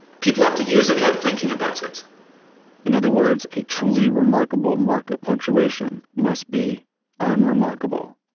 people have to use it without thinking about it in other words, a truly remarkable mark of punctuation must be unremarkable.